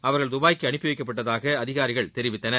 அவர்கள் துபாய்க்கு அனுப்பிவைக்கப்பட்டதாக அதிகாரிகள் தெரிவித்தனர்